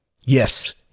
Yes